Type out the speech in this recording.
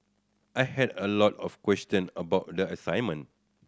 I had a lot of question about the assignment